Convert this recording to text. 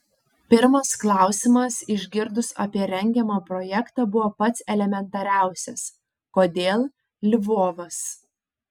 pirmas klausimas išgirdus apie rengiamą projektą buvo pats elementariausias kodėl lvovas